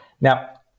now